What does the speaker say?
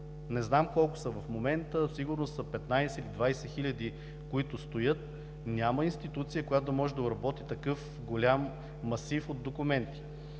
Не знам колко са в момента, сигурно са 15 – 20 хиляди, които стоят. Няма институция, която да може да обработи такъв голям масив от документи.